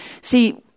See